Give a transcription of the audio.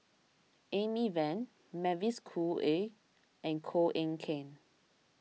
Amy Van Mavis Khoo Oei and Koh Eng Kian